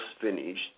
finished